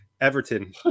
Everton